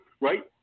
right